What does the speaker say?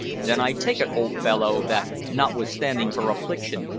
then i take it, old fellow, that notwithstanding her affliction,